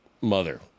mother